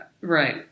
right